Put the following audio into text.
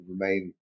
remain